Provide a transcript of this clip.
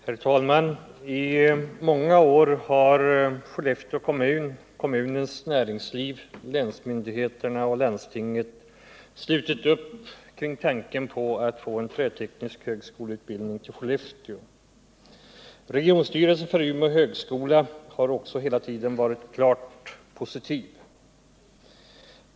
Herr talman! I många år har Skellefteå kommun, kommunens näringsliv, länsmyndigheterna och landstinget slutit upp kring tanken på att få en träteknisk högskoleutbildning till Skellefteå. Regionstyrelsen för Umeå högskoleregion har hela tiden varit klart positiv.